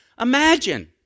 imagine